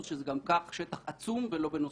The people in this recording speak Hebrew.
שזה גם כך שטח עצום ולא בנוסף.